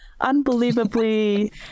unbelievably